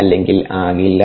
അല്ലെങ്കിൽ ആകില്ല